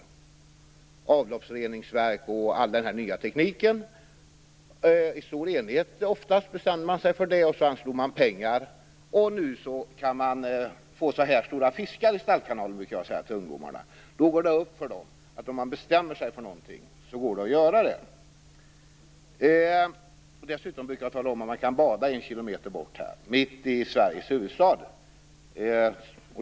Det kom avloppsreningsverk och mycket ny teknik. Man bestämde sig för detta, oftast i stor enighet. Sedan anslog man pengar. Nu kan man få stora fiskar i Stallkanalen, brukar jag säga till ungdomarna. Då går det upp för dem att det går att göra någonting om man bestämmer sig för det. Dessutom brukar jag tala om att man kan bada en kilometer längre bort, mitt i Sveriges huvudstad.